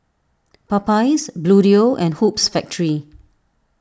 Popeyes Bluedio and Hoops Factory